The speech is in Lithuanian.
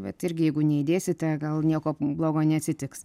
bet irgi jeigu neįdėsite gal nieko blogo neatsitiks